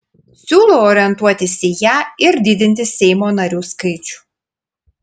siūlau orientuotis į ją ir didinti seimo narių skaičių